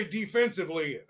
defensively